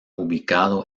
ubicado